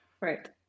Right